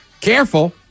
careful